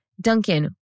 Duncan